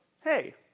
hey